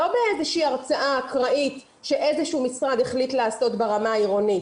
לא באיזושהי הרצאה אקראית שאיזשהו משרד החליט לעשות ברמה העירונית.